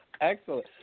Excellent